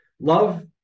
Love